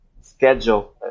schedule